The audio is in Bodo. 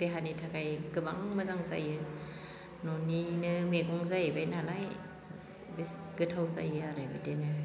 देहानि थाखाय गोबां मोजां जायो न'निनो मैगं जाहैबाय नालाय बे गोथाव जायो आरो बिदिनो